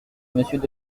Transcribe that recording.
monsieur